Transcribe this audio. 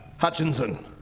Hutchinson